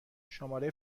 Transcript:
شماره